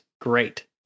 Great